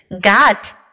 got